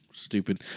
Stupid